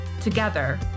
Together